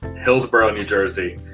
hillsborough, new jersey.